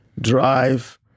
drive